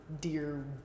dear